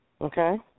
okay